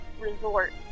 resort